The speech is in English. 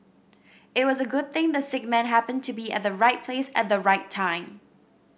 it was a good thing the sick man happened to be at the right place at the right time